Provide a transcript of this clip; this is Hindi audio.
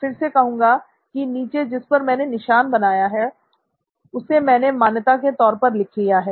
मैं फिर से कहूंगा कि नीचे जिस पर मैंने निशान बनाया है उसे मैंने मान्यता के तौर पर लिया है